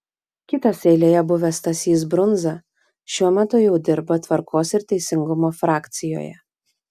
kitas eilėje buvęs stasys brundza šiuo metu jau dirba tvarkos ir teisingumo frakcijoje